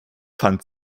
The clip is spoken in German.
fand